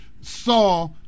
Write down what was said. saw